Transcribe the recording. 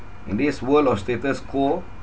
in this world of status quo